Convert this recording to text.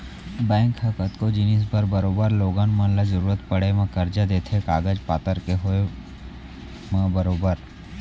bank ह कतको जिनिस बर बरोबर लोगन मन ल जरुरत पड़े म करजा देथे कागज पतर के होय म बरोबर